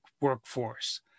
workforce